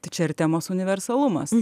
tai čia ir temos universalumas